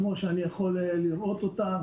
כמו שאני יכול לראות אותה,